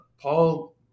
Paul